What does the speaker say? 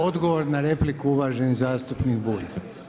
Odgovor na repliku uvaženi zastupnik Bulj.